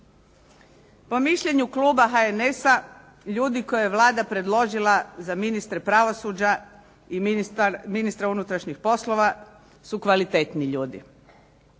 Po mišljenju kluba HNS-a, ljudi koje je Vlada predložila za ministre pravosuđa i ministra unutrašnjih poslova su kvalitetni ljudi.